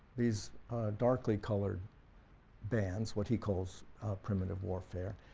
these darkly colored bands, what he calls primitive warfare,